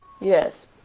Yes